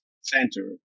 center